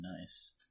nice